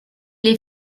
est